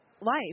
Life